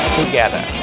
together